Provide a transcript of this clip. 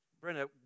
Brenda